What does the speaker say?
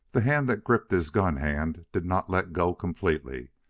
the hand that gripped his gun-hand did not let go completely,